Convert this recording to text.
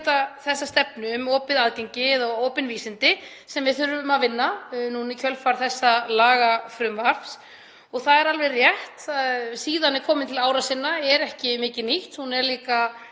setja stefnu um opið aðgengi eða opin vísindi, sem við þurfum að vinna núna í kjölfar þessa lagafrumvarps. Og það er alveg rétt að þessi síða er komin til ára sinna og er ekki mikið nýtt. Hún er líka